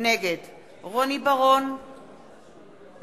נגד רוני בר-און,